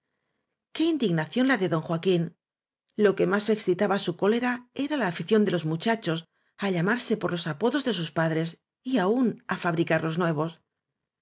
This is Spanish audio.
qué indignación la de don joaquín lo que más excitaba su cólera era la afición de los muchachos á llamarse por los apodos de sus padres y aun á fabricarlos nuevos